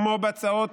כמו בהצעות